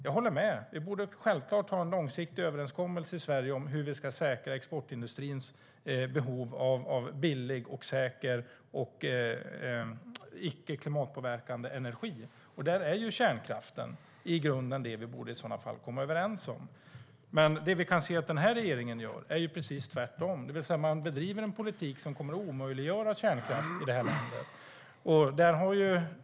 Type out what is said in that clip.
Jag håller med om att vi självfallet borde ha en långsiktig överenskommelse i Sverige om hur vi ska säkra exportindustrins behov av billig, säker och icke-klimatpåverkande energi. Där är kärnkraften i grunden det vi i så fall borde komma överens om. Men vi kan se att regeringen gör precis tvärtom, det vill säga driver en politik som kommer att omöjliggöra kärnkraft i detta land.